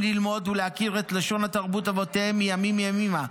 ללמוד ולהכיר את לשון ותרבות אבותיהם מימים-ימימה,